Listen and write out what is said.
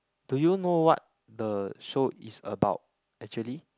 do you know what the show is about actually